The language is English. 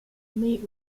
meet